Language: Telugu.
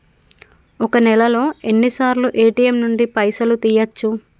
ఒక్క నెలలో ఎన్నిసార్లు ఏ.టి.ఎమ్ నుండి పైసలు తీయచ్చు?